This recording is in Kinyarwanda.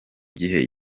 gihe